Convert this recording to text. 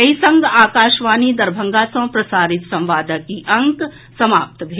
एहि संग आकाशवाणी दरभंगा सँ प्रसारित संवादक ई अंक समाप्त भेल